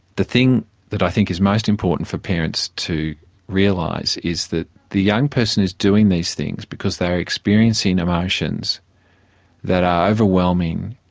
the thing that i think is most important for parents to realise is that the young person is doing these things because they are experiencing emotions that are overwhelming